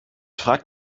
fragt